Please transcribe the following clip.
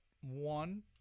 one